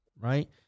right